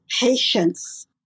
patience